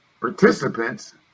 participants